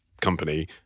company